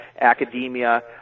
academia